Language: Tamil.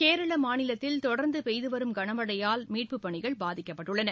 கேரளமாநிலத்தில் தொடா்ந்துபெய்துவரும் கனமழையால் மீட்புப் பணிகள் பாதிக்கப்பட்டுள்ளன